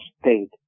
state